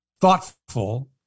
thoughtful